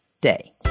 day